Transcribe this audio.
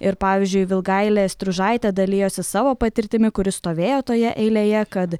ir pavyzdžiui vilgailė stružaitė dalijosi savo patirtimi kuri stovėjo toje eilėje kad